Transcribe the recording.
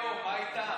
מעונות היום, מה איתם?